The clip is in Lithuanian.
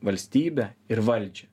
valstybę ir valdžią